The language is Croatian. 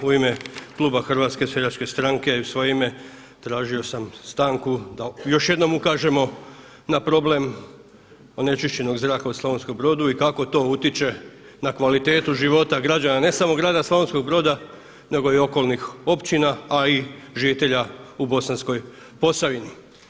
U ime kluba HSS-a i u svoje ime tražio sam stanku da još jednom ukažemo na problem onečišćenog zraka u Slavonskom Brodu i kako to utiče na kvalitetu života građana ne samo grada Slavonskog Broda nego i okolnih općina, a i žitelja u Bosanskoj Posavini.